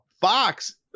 Fox